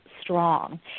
strong